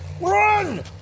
Run